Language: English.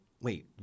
wait